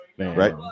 Right